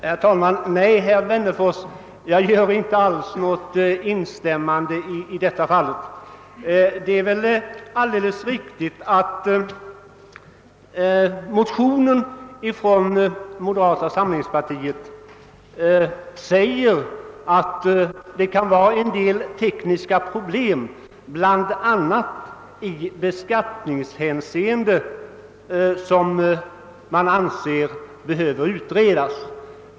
Herr talman! Nej, herr Wennerfors, jag instämmer inte alls. Det är alldeles riktigt att man i motionen från moderata samlingspartiet säger att det är en del tekniska problem, bl.a. i beskattningshänseende, som behöver utredas.